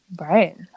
right